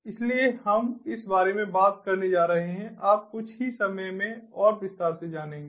इसलिए हम इस बारे में बात करने जा रहे हैं आप कुछ ही समय में और विस्तार से जानेंगे